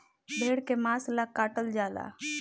भेड़ के मांस ला काटल जाला